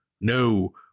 no